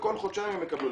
וכל חודשיים הם יקבלו.